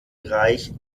reich